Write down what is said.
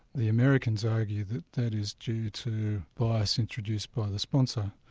the americans argue that that is due to bias introduced by the sponsor,